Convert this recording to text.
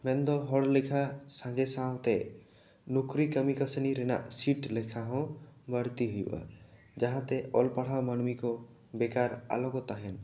ᱢᱮᱱ ᱫᱚ ᱦᱚᱲ ᱞᱮᱠᱷᱟ ᱥᱟᱸᱜᱮ ᱥᱟᱶᱛᱮ ᱱᱩᱠᱨᱤ ᱠᱟᱹᱢᱤ ᱠᱟᱹᱥᱱᱤ ᱨᱮᱱᱟᱜ ᱥᱤᱴ ᱦᱚᱸ ᱵᱟᱹᱲᱛᱤ ᱦᱩᱭᱩᱜᱼᱟ ᱡᱟᱦᱟᱸ ᱛᱮ ᱚᱞ ᱯᱟᱲᱦᱟᱣ ᱢᱟᱹᱱᱢᱤ ᱵᱮᱠᱟᱨ ᱟᱞᱚ ᱠᱚ ᱛᱟᱦᱮᱱ